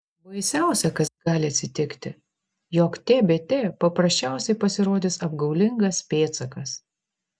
baisiausia kas gali atsitikti jog tbt paprasčiausiai pasirodys apgaulingas pėdsakas